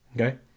Okay